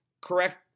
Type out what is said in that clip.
correct